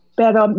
pero